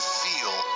feel